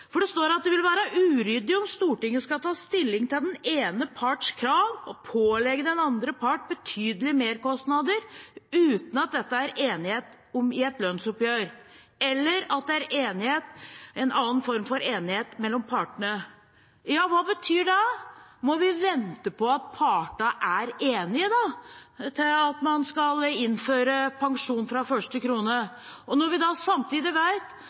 at «det vil være uryddig om Stortinget nå skal ta stilling til den ene parts krav og pålegge den andre part betydelige merkostnader uten at dette er en del av en enighet i et lønnsoppgjør eller annen form for enighet mellom partene». Hva betyr det? Må vi vente til partene er enige før man kan innføre pensjon fra første krone? Når vi samtidig